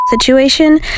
situation